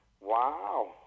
wow